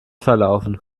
verlaufen